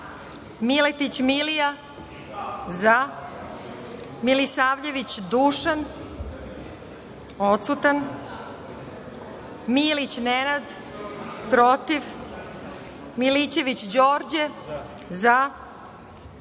zaMiletić Milija – zaMilisavljević Dušan – odsutanMilić Nenad – protivMilićević Đorđe –